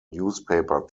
newspaper